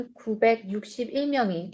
961명이